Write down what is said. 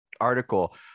article